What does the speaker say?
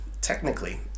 Technically